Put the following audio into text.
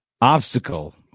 obstacle